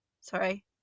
sorry